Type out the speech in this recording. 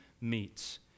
meets